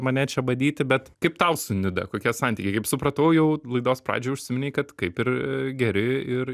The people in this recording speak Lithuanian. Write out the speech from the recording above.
mane čia badyti bet kaip tau su nida kokie santykiai kaip supratau jau laidos pradžioj užsiminei kad kaip ir geri ir